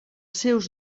seus